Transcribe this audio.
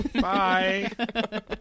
Bye